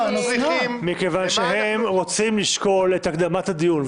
מכיוון שהם רוצים לשקול את הקדמת הדיון.